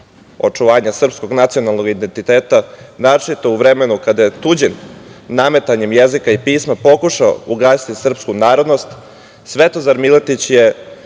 očuvanja srpskog nacionalnog identiteta, naročito u vremenu kada je tuđim nametanjem jezika i pisma pokušao ugasiti srpsku narodnost, Svetozar Miletić je